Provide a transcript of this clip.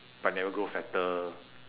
but never grow fatter